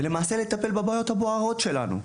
ולמעשה לטפל בבעיות הבוערות שלנו.